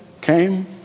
came